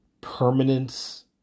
permanence